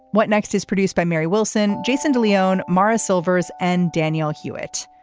what next is produced by mary wilson. jason de leon, marra silvers and danielle hewett.